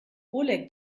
oleg